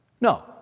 No